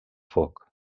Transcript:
foc